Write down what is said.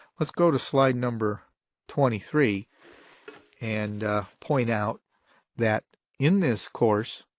let's go to slide number twenty three and point out that in this course,